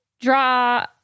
draw